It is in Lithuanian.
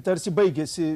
tarsi baigėsi